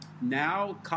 Now